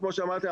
כמו שאמרתי,